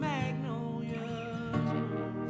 Magnolia's